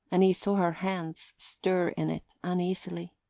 and he saw her hands stir in it uneasily.